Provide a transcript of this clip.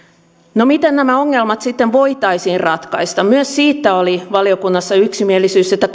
no miten nämä ongelmat sitten voitaisiin ratkaista myös siitä oli valiokunnassa yksimielisyys että